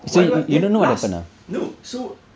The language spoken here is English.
why do I then last no so